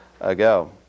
ago